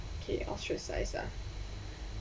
okay ostracized ah